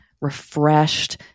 refreshed